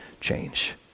change